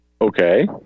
Okay